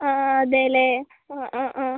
അ അ അതെല്ലേ അ അ